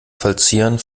vollziehern